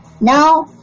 Now